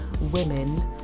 women